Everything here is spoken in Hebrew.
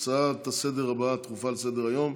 ההצעות הדחופות הבאות לסדר-היום,